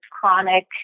chronic